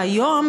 שהיום,